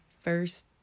first